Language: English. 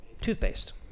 Toothpaste